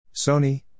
Sony